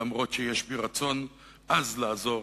למרות שיש בי רצון עז לעזור.